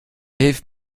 hilft